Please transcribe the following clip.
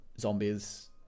zombies